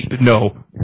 No